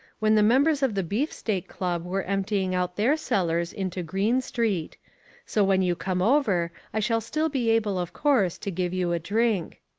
when the members of the beefsteak club were emptying out their cellars into green street so when you come over, i shall still be able, of course, to give you a drink.